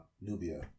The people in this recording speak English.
Nubia